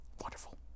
Wonderful